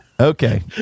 Okay